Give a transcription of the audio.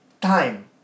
time